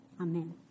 Amen